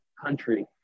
country